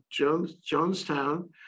Jonestown